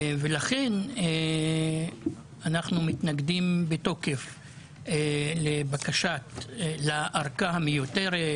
ולכן אנחנו מתנגדים בתוקף לארכה המיותרת,